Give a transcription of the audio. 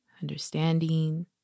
understanding